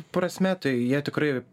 prasme tai jie tikrai